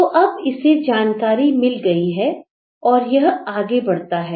तो अब इसे जानकारी मिल गई है और यह आगे बढ़ता है